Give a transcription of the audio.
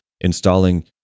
installing